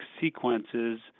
sequences